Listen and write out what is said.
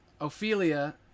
Ophelia